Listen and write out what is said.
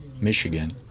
Michigan